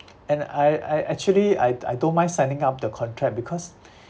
and I I actually I I don't mind signing up the contract because